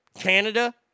Canada